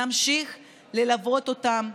נמשיך ללוות אותם,